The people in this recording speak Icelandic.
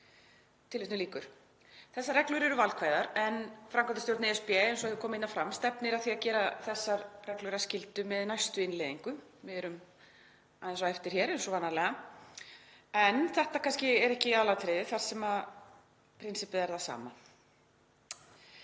þroska þeirra.“ Þessar reglur eru valkvæðar en framkvæmdastjórn ESB, eins og hefur komið hér fram, stefnir að því að gera þessar reglur að skyldu með næstu innleiðingu. Við erum aðeins á eftir hér eins og vanalega. En það er kannski ekki aðalatriðið þar sem prinsippið er það sama.